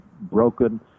broken